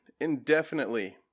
indefinitely